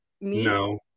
No